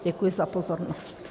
Děkuji za pozornost.